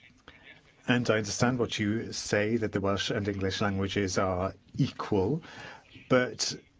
and i understand what you say that the welsh and english languages are equal but